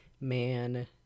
man